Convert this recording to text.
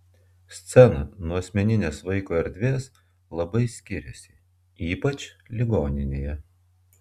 scena nuo asmeninės vaiko erdvės labai skiriasi ypač ligoninėje